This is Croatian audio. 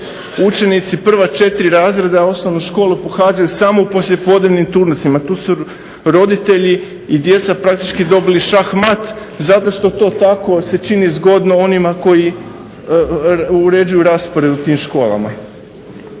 učenici prva četiri razreda osnovne školu pohađaju samo u poslijepodnevnim turnusima. Tu su roditelji i djeca praktički dobili šah mat zato što to tako se čini zgodno onima koji uređuju raspored u tim školama.